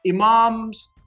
imams